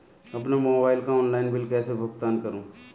अपने मोबाइल का online bill कैसे भुगतान करूं?